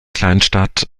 kleinstadt